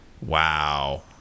Wow